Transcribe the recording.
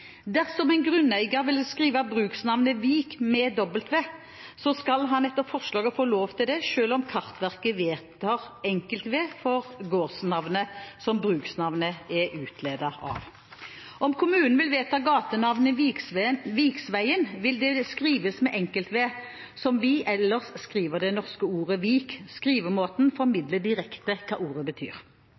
Dersom en grunneier vil skrive bruksnavnet Vik med W, skal han etter forslaget få lov til det, selv om Kartverket vedtar V for gårdsnavnet som bruksnavnet er utledet av. Om kommunen vil vedta gatenavnet Viksveien, vil det skrives med V, slik vi ellers skriver det norske ordet «vik». Skrivemåten formidler direkte hva ordet betyr.